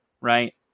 right